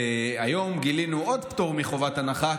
והיום גילינו עוד פטור מחובת הנחה,